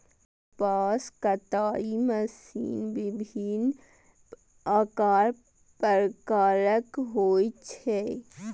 कपास कताइ मशीन विभिन्न आकार प्रकारक होइ छै